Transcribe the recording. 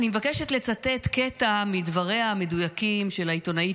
אני מבקשת לצטט קטע מדבריה המדויקים של העיתונאית